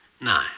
No